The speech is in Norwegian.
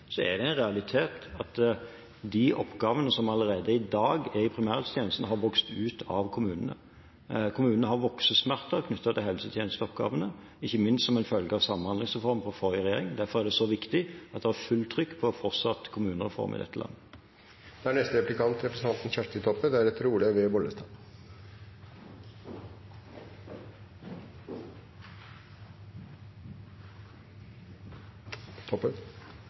så er det en realitet at de oppgavene som allerede i dag er i primærhelsetjenesten, har vokst ut av kommunene. Kommunene har voksesmerter knyttet til helsetjenesteoppgavene, ikke minst som en følge av samhandlingsreformen fra den forrige regjeringen. Derfor er det så viktig at det er fullt trykk på fortsatt kommunereform i dette